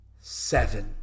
seven